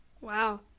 Wow